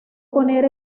poner